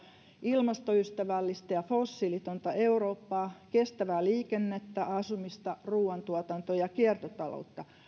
ilmastoystävällistä ja fossiilitonta eurooppaa kestävää liikennettä asumista ruoantuotantoa ja kiertotaloutta